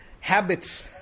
habits